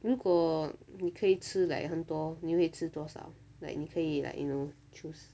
如果你可以吃 like 很多你会吃多少 like 你可以 like you know choose